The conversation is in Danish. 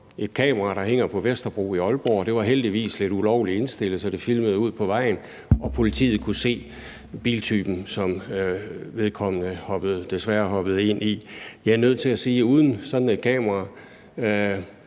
et kamera, der hænger på Vesterbro i Aalborg. Det var heldigvis lidt ulovligt indstillet, så det filmede ud på vejen og politiet kunne se biltypen, som offeret desværre hoppede ind i. Jeg er nødt til at sige, at uden sådan et kamera